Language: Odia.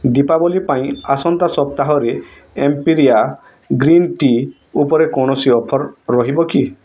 ଦୀପାବଲି ପାଇଁ ଆସନ୍ତା ସପ୍ତାହରେ ଏମ୍ପିରିଆ ଗ୍ରୀନ୍ ଟି ଉପରେ କୌଣସି ଅଫର୍ ରହିବ କି